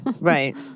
Right